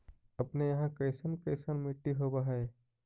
अपने यहाँ कैसन कैसन मिट्टी होब है?